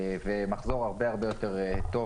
ומחזור הרבה יותר טוב,